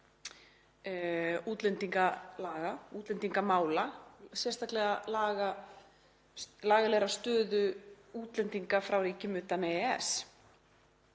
á lagaumhverfi útlendingamála, sérstaklega lagalegrar stöðu útlendinga frá ríkjum utan EES,